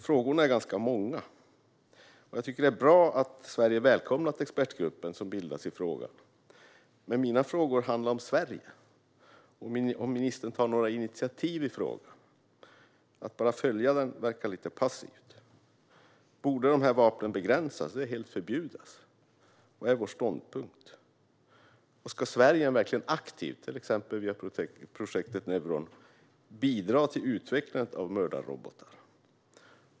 Frågorna är ganska många. Jag tycker att det är bra att Sverige välkomnat den expertgrupp som bildats i frågan. Men mina frågor handlade om Sverige och gällde om ministern tar några initiativ i frågan. Att bara följa den verkar lite passivt. Borde dessa vapen begränsas eller helt förbjudas? Vad är vår ståndpunkt? Och ska Sverige verkligen aktivt, via till exempel projektet Neuron, bidra till utvecklandet av mördarrobotar?